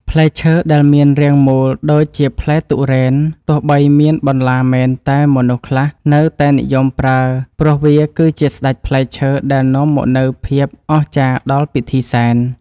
ផ្លែឈើដែលមានរាងមូលដូចជាផ្លែទុរេនទោះបីមានបន្លាមែនតែមនុស្សខ្លះនៅតែនិយមប្រើព្រោះវាគឺជាស្ដេចផ្លែឈើដែលនាំមកនូវភាពអស្ចារ្យដល់ពិធីសែន។